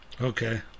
Okay